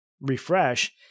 refresh